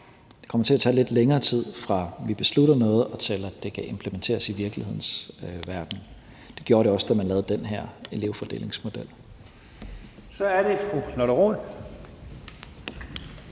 Det kommer til at tage lidt længere tid, fra vi beslutter noget, og til det kan implementeres i virkelighedens verden. Det gjorde det også, da man lavede den her elevfordelingsmodel. Kl. 12:17 Første